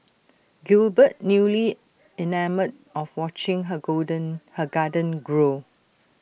Gilbert newly enamoured of watching her golden garden grow